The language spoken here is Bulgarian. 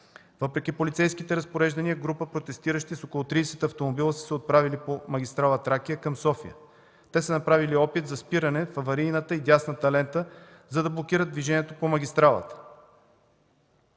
Въпреки полицейските разпореждания група протестиращи с около 30 автомобила са се отправили по магистрала „Тракия” към София. Те са направили опит за спиране в аварийната и дясната лента, за да блокират движението по магистралата.